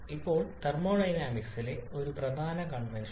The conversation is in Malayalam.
ഇപ്പോൾ തെർമോഡൈനാമിക്സിലെ ഒരു പ്രധാന കൺവെൻഷൻ